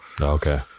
Okay